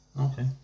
Okay